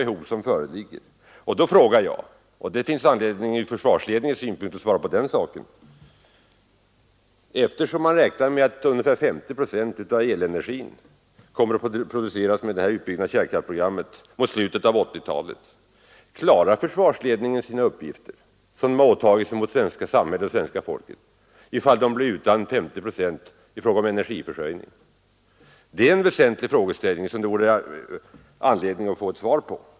Eftersom man räknar med att ungefär 50 procent av elenergin skall produceras med det utbyggda kärnkraftprogrammet mot slutet av 1980-talet vill jag fråga: tiska synpunkter på energiförsörjningen tiska synpunkter på energiförsörjningen Kommer försvarsledningen att klara de uppgifter som den åtagit sig gentemot det svenska samhället och svenska folket, om den blir utan 50 procent av energitillförseln? Det är en väsentlig fråga som det finns anledning att svara på.